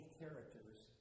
characters